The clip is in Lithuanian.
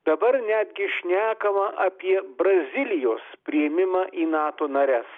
dabar netgi šnekama apie brazilijos priėmimą į nato nares